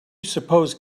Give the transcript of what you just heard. suppose